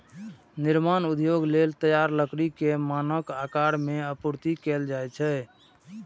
निर्माण उद्योग लेल तैयार लकड़ी कें मानक आकार मे आपूर्ति कैल जाइ छै